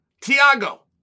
Tiago